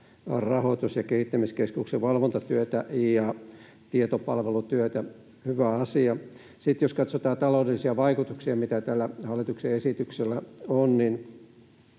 rahoitus- ja kehittämiskeskuksen valvontatyötä ja tietopalvelutyötä — hyvä asia. Sitten jos katsotaan taloudellisia vaikutuksia, mitä tällä hallituksen esityksellä on, niin